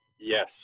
Yes